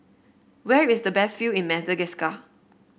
where is the best view in Madagascar